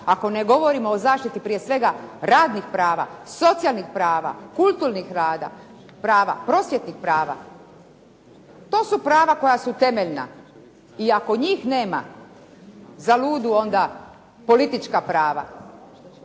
ako ne govorimo o zaštiti prije svega radnih prava, socijalnih prava, kulturnih prava, prosvjetnih prava. To su prava koja su temeljna i ako njih nema zaludu onda politička prava.